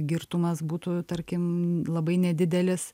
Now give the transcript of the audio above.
girtumas būtų tarkim labai nedidelis